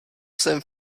jsem